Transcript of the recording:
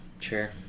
Sure